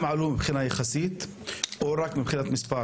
הם עלו מבחינה יחסית או רק מספרית,